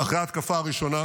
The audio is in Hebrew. אחרי ההתקפה הראשונה,